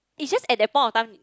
it's just at that point of time